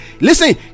listen